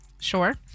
Sure